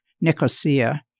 Nicosia